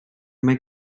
mae